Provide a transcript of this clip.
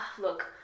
look